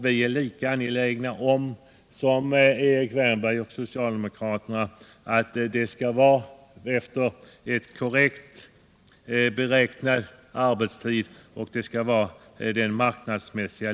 Vi är lika angelägna, Erik Wärnberg och jag, att lönen skall utgå efter en korrekt beräknad arbetstid och att lönen skall vara den marknadsmässiga.